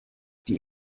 die